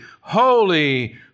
holy